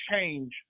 change